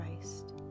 Christ